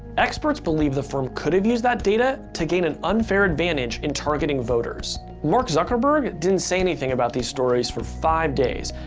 experts believe the firm could have used that data to gain an unfair advantage in targeting voters. mark zuckerberg didn't say anything about these stories for five days.